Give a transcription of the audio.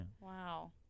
Wow